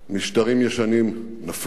משטרים ישנים נפלו,